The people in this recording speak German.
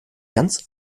ganz